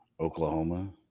Oklahoma